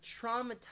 traumatized